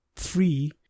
free